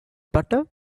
butter